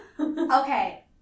Okay